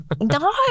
No